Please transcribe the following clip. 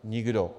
Nikdo.